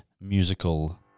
musical